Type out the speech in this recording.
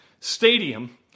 stadium